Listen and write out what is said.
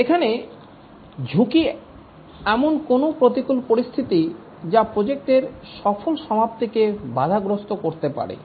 এখানে ঝুঁকি এমন কোন প্রতিকূল পরিস্থিতি যা প্রজেক্ট এর সফল সমাপ্তিকে বাধাগ্রস্ত করতে পারে